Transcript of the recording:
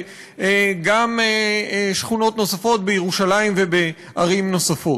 וגם שכונות נוספות בירושלים ובערים נוספות.